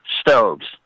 stoves